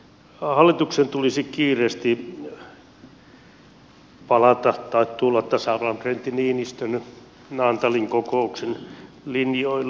hallituksen tulisi kiireesti palata tai tulla tasavallan presidentti niinistön naantalin kokouksen linjoille